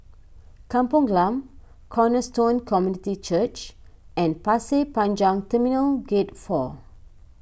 Kampung Glam Cornerstone Community Church and Pasir Panjang Terminal Gate four